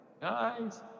Guys